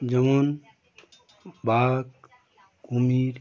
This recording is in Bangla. যেমন বাঘ কুমির